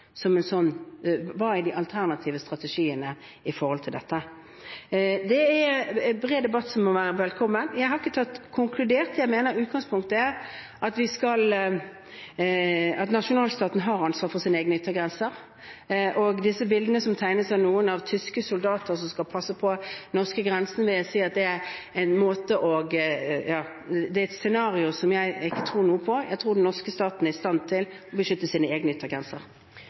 de alternative strategiene til dette. Det er en bred debatt som må være velkommen. Jeg har ikke konkludert. Jeg mener utgangspunktet er at nasjonalstaten har ansvar for sine egne yttergrenser. Og disse bildene, som tegnes av noen, av tyske soldater som skal passe på den norske grensen, vil jeg si er et scenario som jeg ikke tror noe på. Jeg tror den norske staten er i stand til å beskytte sine